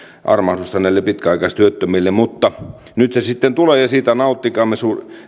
armahdusta näille pitkäaikaistyöttömille mutta nyt se sitten tulee ja siitä nauttikaamme